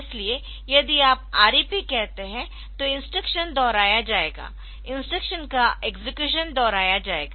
इसलिए यदि आप REP कहते है तो इंस्ट्रक्शन दोहराया जाएगा इंस्ट्रक्शन का एक्सेक्युशन दोहराया जाएगा